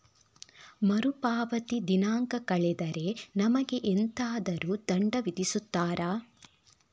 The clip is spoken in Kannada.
ಮರುಪಾವತಿ ದಿನಾಂಕ ಕಳೆದರೆ ನಮಗೆ ಎಂತಾದರು ದಂಡ ವಿಧಿಸುತ್ತಾರ?